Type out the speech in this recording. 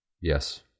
Yes